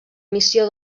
missió